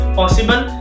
possible